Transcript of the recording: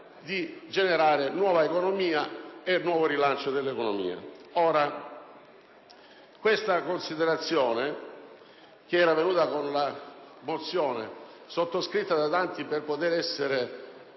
di generare nuova economia e nuovo rilancio dell'economia. Questa considerazione era stata sollevata con la mozione sottoscritta da tanti senatori per poter essere